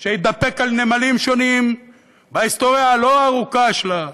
שהתדפק על נמלים שונים בהיסטוריה הלא-רחוקה שלו,